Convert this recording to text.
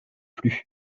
plus